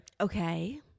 Okay